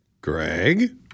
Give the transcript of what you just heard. Greg